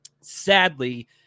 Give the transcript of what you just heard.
sadly